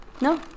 no